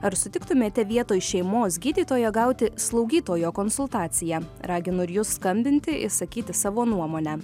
ar sutiktumėte vietoj šeimos gydytojo gauti slaugytojo konsultaciją raginu ir jus skambinti išsakyti savo nuomonę